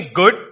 good